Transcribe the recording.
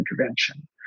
intervention